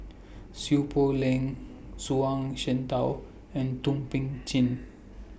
Seow Poh Leng Zhuang Shengtao and Thum Ping Tjin